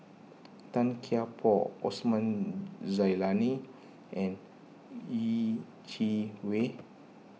Tan Kian Por Osman Zailani and Yeh Chi Wei